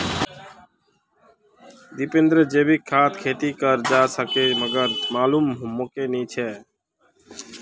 दीपेंद्र जैविक खाद खेती कर वा चहाचे मगर मालूम मोक नी छे